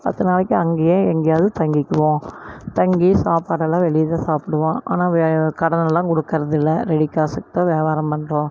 பத்து நாளைக்கு அங்கேயே எங்கேயாவது தங்கிக்குவோம் தங்கி சாப்பாடெல்லாம் வெளியில சாப்பிடுவோம் ஆனால் வெ கடன் எல்லாம் கொடுக்கறது இல்லை ரெடி காசுக்கு தான் வியாபாரம் பண்ணுறோம்